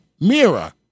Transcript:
mirror